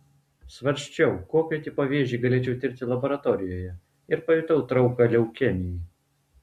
svarsčiau kokio tipo vėžį galėčiau tirti laboratorijoje ir pajutau trauką leukemijai